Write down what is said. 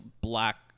black